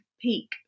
peak